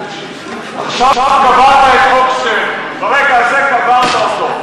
עכשיו קברת את חוק שטרן, ברגע הזה קברת אותו.